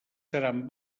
seran